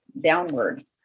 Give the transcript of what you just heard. downward